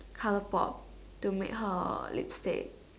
ColourPop to make her lipstick